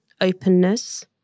openness